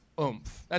oomph